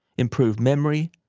improve memory,